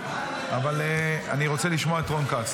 אבל אני רוצה לשמוע את רון כץ.